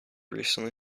recently